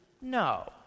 no